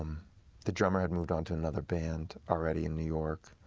um the drummer had moved on to another band already in new york